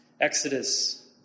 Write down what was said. Exodus